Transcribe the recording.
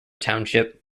township